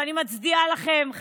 ואני מצדיעה לכם,